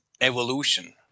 evolution